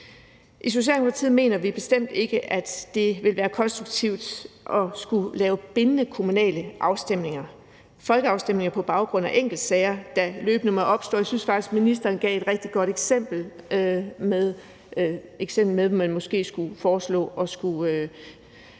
I Socialdemokratiet mener vi bestemt ikke, at det ville være konstruktivt at skulle lave bindende kommunale afstemninger, altså folkeafstemninger på baggrund af enkeltsager, der løbende måtte opstå. Jeg synes faktisk, at ministeren gav et rigtig godt eksempel på det med, at man måske skulle foreslå at skulle